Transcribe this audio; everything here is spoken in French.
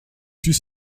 fut